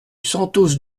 santos